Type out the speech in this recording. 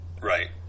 right